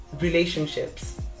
relationships